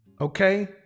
Okay